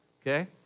Okay